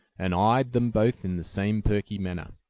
and eyed them both in the same perky manner.